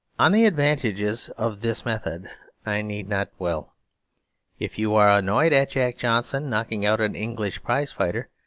on the advantages of this method i need not dwell if you are annoyed at jack johnson knocking out an english prize-fighter,